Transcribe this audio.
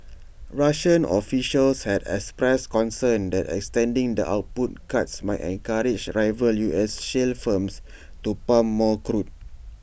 Russian officials had expressed concern that extending the output cuts might encourage rival U S shale firms to pump more crude